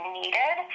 needed